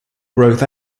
growth